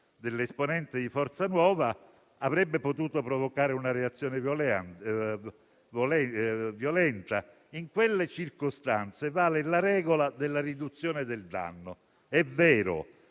dell'esponente di Forza Nuova avrebbe potuto provocare una reazione violenta; in quelle circostanze vale la regola della riduzione del danno, è vero,